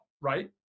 right